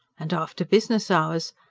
and, after business hours,